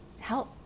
help